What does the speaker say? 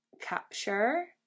capture